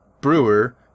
brewer